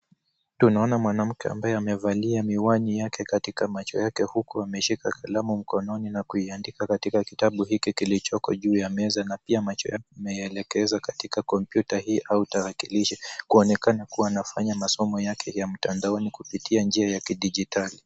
Tunaona mwanamke ambaye amevalia miwani yake katika macho yake huku ameshika kalamu mikononi na kuiandika katika kitabu hiki kilichoko juu ya meza na pia macho yake anayaelekeza katika kompyuta hii au tarakilishi, kuonekana kuwa anafanya masomo yake ya mtandaoni kupitia njia ya kidijitali.